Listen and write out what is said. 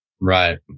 Right